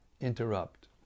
interrupt